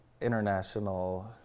International